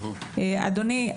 אדוני,